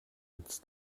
ins